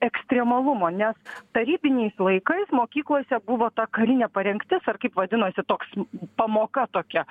ekstremalumo nes tarybiniais laikais mokyklose buvo ta karinė parengtis ar kaip vadinosi toks pamoka tokia